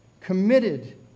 committed